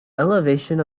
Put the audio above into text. elevation